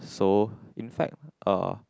so in fact uh